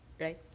right